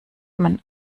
man